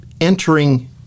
entering